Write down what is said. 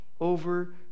over